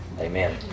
Amen